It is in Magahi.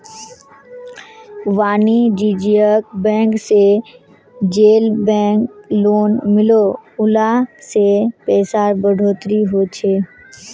वानिज्ज्यिक बैंक से जेल बैंक लोन मिलोह उला से पैसार बढ़ोतरी होछे